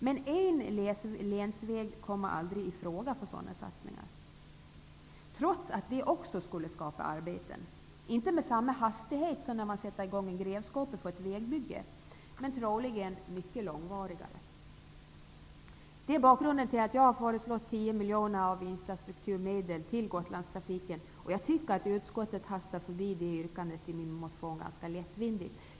Men en länsväg kommer aldrig i fråga för sådana satsningar, trots att det också skulle skapa arbeten. Det skulle inte gå med samma hastighet som när man sätter i gång med en grävskopa på ett vägbygge, men troligen skulle det bli mycket långvarigare. Detta är bakgrunden till att jag har föreslagit att 10 miljoner av infrastrukturmedel skall gå till Gotlandstrafiken. Jag tycker att man i utskottet hastade förbi det yrkandet i min motion ganska lättvindigt.